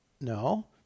No